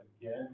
again